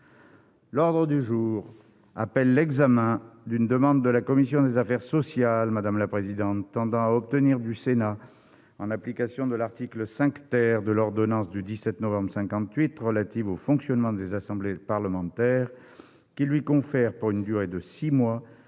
L'ordre du jour appelle l'examen d'une demande de la commission des affaires sociales tendant à obtenir du Sénat, en application de l'article 5 de l'ordonnance n° 58-1100 du 17 novembre 1958 relative au fonctionnement des assemblées parlementaires, qu'il lui confère, pour une durée de six mois,